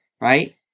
Right